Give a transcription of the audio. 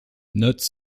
note